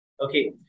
Okay